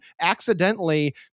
accidentally